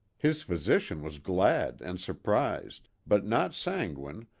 his physician was glad and surprised, but not sanguine,